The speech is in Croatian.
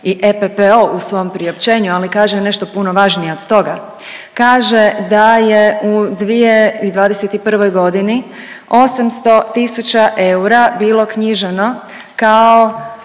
i EPPO u svom priopćenju, ali kaže nešto puno važnije od toga. Kaže da je u 2021. g. 800 tisuća eura bilo knjiženo kao